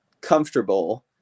comfortable